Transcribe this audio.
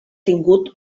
tingut